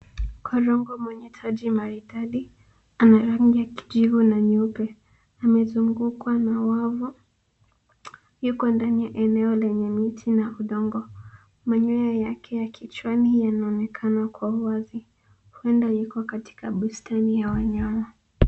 Korongo mwenye taji maridadi ana rangi ya kijivu na nyeupe. Amezungukwa na wavu. Yuko ndani ya eneo lenye miti na udongo. Manyoya yake ya kichwani yanaonekana kwa uwazi. Huenda yuko katika bustani ya wanyama.